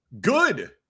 good